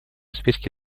списке